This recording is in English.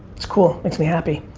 it's cool, makes me happy.